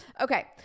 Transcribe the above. Okay